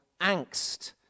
angst